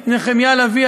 את נחמיה לביא,